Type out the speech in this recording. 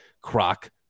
Croc